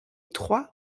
trois